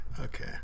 okay